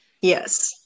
Yes